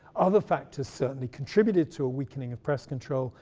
other factors certainly contributed to a weakening of press control,